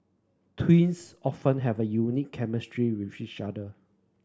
twins often have unique chemistry with each other